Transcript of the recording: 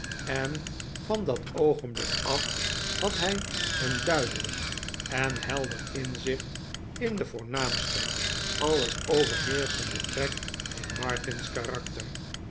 en van dat oogenblik af had hij een duidelijk en helder inzicht in den voornaamsten alles overheerschenden trek in martin's karakter